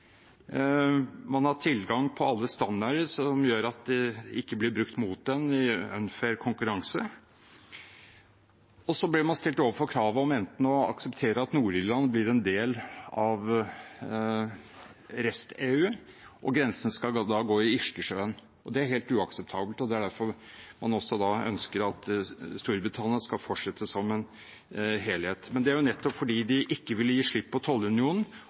man har hatt tilgang på alle standarder, som gjør at de ikke blir brukt mot en i unfair konkurranse. Så blir man stilt overfor kravet om å akseptere at Nord-Irland blir en del av resten av EU, og grensen skal da gå i Irskesjøen. Det er helt uakseptabelt, og det er derfor man ønsker at Storbritannia skal fortsette som en helhet. Det er nettopp fordi de ikke vil gi slipp på tollunionen,